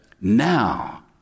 Now